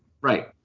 Right